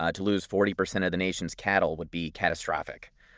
ah to lose forty percent of the nation's cattle would be catastrophic,